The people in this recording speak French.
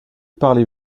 parlez